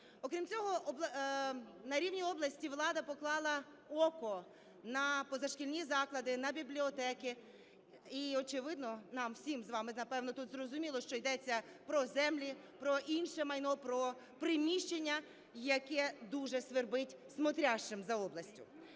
Окрім цього, на рівні області влада поклала око на позашкільні заклади, на бібліотеки. І, очевидно, нам всім з вами, напевно, тут зрозуміло, що йдеться про землі, про інше майно, про приміщення, яке дуже свербить смотрящим за областю.